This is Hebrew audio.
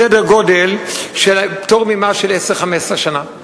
בסדר גודל של פטור ממס של 10 15 שנה.